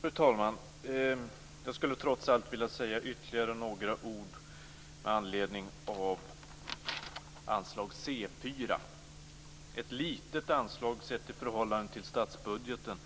Fru talman! Jag skulle trots allt vilja säga ytterligare några ord med anledning av anslaget C 4. Det är ett litet anslag sett i förhållande till statsbudgeten,